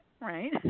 right